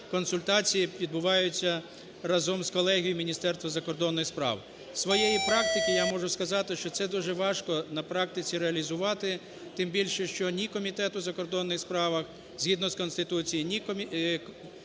консультації відбуваються разом з колегією Міністерства закордонних справ. Зі своєї практики я можу сказати, що це дуже важко на практиці реалізувати, тим більше, що ні Комітет у закордонних справах згідно з Конституцією, ні колеги